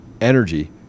energy